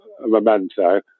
memento